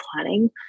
planning